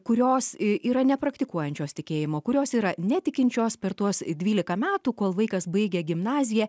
kurios yra nepraktikuojančios tikėjimo kurios yra netikinčios per tuos dvylika metų kol vaikas baigia gimnaziją